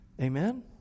Amen